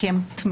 כי הם טמאים,